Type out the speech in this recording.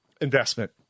investment